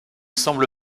semble